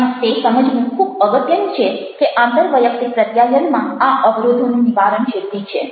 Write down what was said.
અને તે સમજવું ખૂબ અગત્યનું છે કે આંતરવૈયક્તિક પ્રત્યાયનનમાં આ અવરોધોનું નિવારણ જરૂરી છે